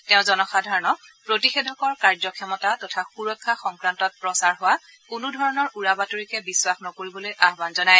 তেওঁ জনসাধাৰণক প্ৰতিষেধকৰ কাৰ্যক্ষমতা তথা সুৰক্ষা সংক্ৰান্তত প্ৰচাৰ হোৱা কোনো ধৰণৰ উৰা বাতৰিকে বিখাস নকৰিবলৈ আহান জনায়